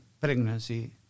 pregnancy